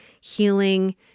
healing